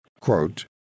quote